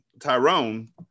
tyrone